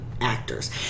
actors